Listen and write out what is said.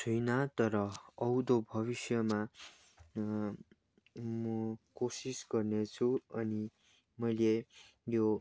छुइनँ तर आउँदो भविष्यमा म कोसिस गर्ने छु अनि मैले यो